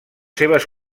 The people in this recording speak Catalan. seves